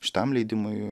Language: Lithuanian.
šitam leidimui